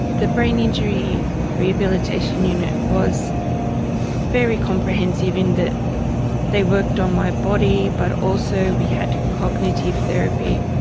the brain injury rehabilitation unit was very comprehensive in that they worked on my body but also we had cognitive therapy.